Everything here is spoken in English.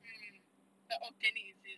mm like organic is it